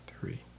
Three